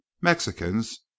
Mexicans